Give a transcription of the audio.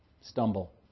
Stumble